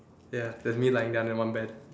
ya just me lying down on my own bed